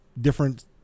different